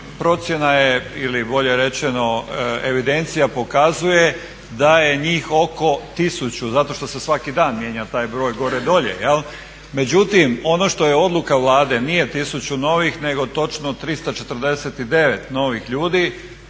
Procjena je ili bolje rečeno evidencija pokazuje da je njih oko tisuću zato što se svaki dan mijenja taj broj gore-dolje jel, međutim ono što je odluka Vlade nije tisuću novih nego točno 349 novih ljudi